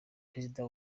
perezida